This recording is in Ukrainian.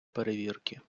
перевірки